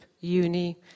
uni